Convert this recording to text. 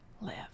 live